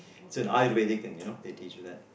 so an varied thing you know they teach you that